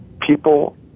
People